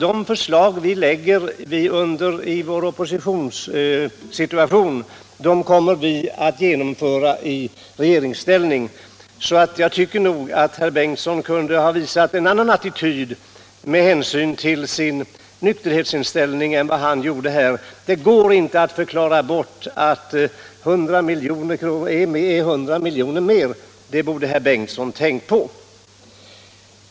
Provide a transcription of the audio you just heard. De förslag vi lägger i oppositionsställning kommer vi att genomföra i regeringsställning. Jag tycker nog att herr Bengtson med hänsyn till sin inställning i alkoholfrågan kunde ha visat en annan attityd än han gjorde här. Det går inte att förklara bort att det gäller 100 milj.kr. mer; det borde herr Bengtson ha tänkt på.